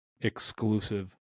exclusive